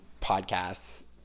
podcasts